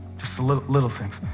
just the little little things.